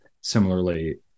similarly